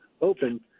open